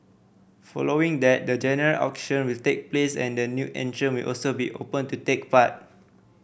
following that the general auction will take place and the new entrant will also be open to take part